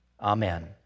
Amen